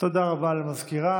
רבה למזכירה.